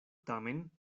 tamen